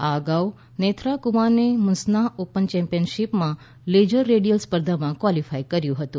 આ અગાઉ નેથ્રા કુમાનને મુસન્નાહ ઓપન ચેમ્પિયનશીપમાં લેજર રેડિયલ સ્પર્ધામાં ક્વાલીફાય કર્યું હતું